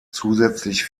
zusätzlich